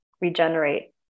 regenerate